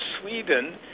Sweden